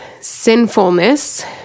sinfulness